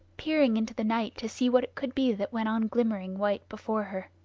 peering into the night to see what it could be that went on glimmering white before her.